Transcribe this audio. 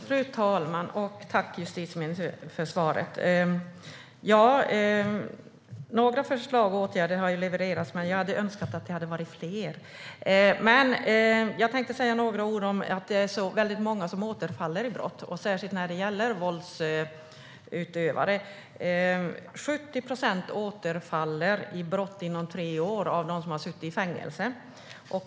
Fru talman! Tack, justitieministern, för svaret! Några förslag och åtgärder har levererats, men jag önskar att det hade varit fler. Jag vill säga några ord om att många återfaller i brott, särskilt våldsutövare. 70 procent av dem som har suttit i fängelse återfaller i brott inom tre år.